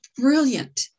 brilliant